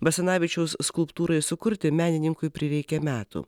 basanavičiaus skulptūrai sukurti menininkui prireikė metų